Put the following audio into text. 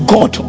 God